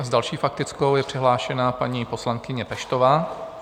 S další faktickou je přihlášená paní poslankyně Peštová.